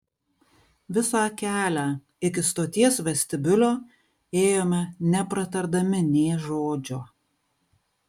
visą kelią iki stoties vestibiulio ėjome nepratardami nė žodžio